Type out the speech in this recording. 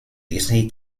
disney